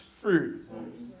fruit